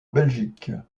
belgique